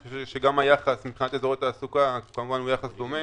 אני חושב שגם היחס מבחינת אזורי תעסוקה הוא יחס דומה,